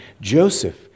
Joseph